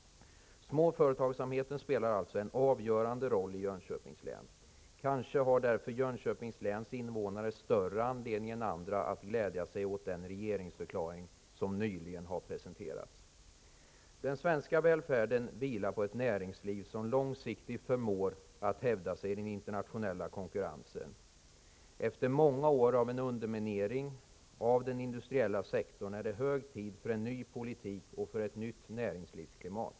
Småföretagsamheten spelar alltså en avgörande roll i Jönköpings län. Kanske har därför Jönköpings läns invånare större anledning än andra att glädja sig åt den regeringsförklaring som nyligen har presenterats. Den svenska välfärden vilar på ett näringsliv som långsiktigt förmår att hävda sig i den internationella konkurrensen. Efter många år av underminering av den industriella sektorn är det hög tid för en ny politik och för ett nytt näringslivsklimat.